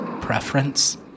preference